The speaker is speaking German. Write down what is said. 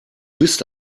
bist